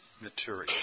material